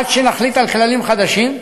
עד שנחליט על כללים חדשים.